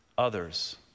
others